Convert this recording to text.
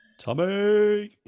Tommy